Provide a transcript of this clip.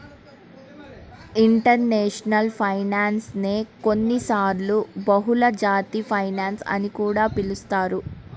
international finance నే కొన్నిసార్లు బహుళజాతి ఫైనాన్స్ అని కూడా పిలుస్తారు